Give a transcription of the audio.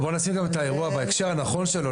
בואו נשים את האירוע בהקשר הנכון שלו.